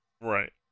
Right